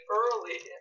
early